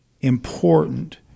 important